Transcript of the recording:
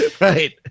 Right